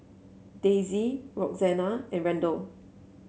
Daisy Roxanna and Randel